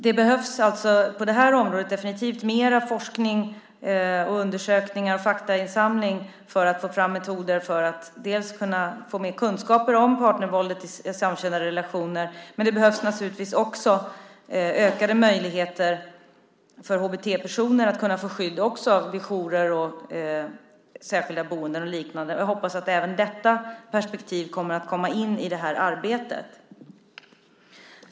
Det behövs mer forskning, undersökningar och faktainsamling på detta område för att man ska få mer kunskaper om partnervåldet i samkönade relationer. Men det behövs naturligtvis också ökade möjligheter för HBT-personer att få skydd vid jourer, särskilda boenden och liknande. Jag hoppas att även detta perspektiv ska komma in i arbetet.